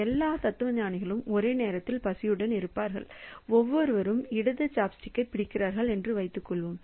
எல்லா தத்துவஞானிகளும் ஒரே நேரத்தில் பசியுடன் இருப்பார்கள் ஒவ்வொருவரும் இடது சாப்ஸ்டிக்ஸைப் பிடிக்கிறார்கள் என்று வைத்துக்கொள்வோம்